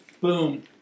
Boom